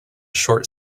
short